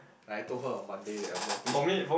like I told her on Monday that I mop it